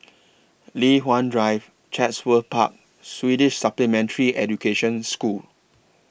Li Hwan Drive Chatsworth Park Swedish Supplementary Education School